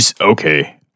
Okay